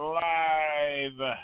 live